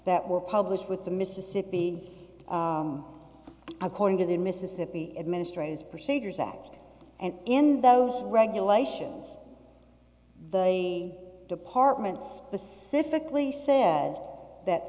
that were published with the mississippi according to the mississippi administrators procedures act and in those regulations the department specifically says that